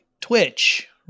Twitch